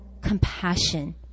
compassion